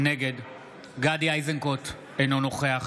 נגד גדי איזנקוט, אינו נוכח